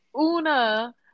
Una